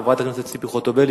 חברת הכנסת ציפי חוטובלי,